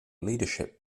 leadership